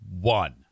One